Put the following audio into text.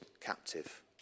captive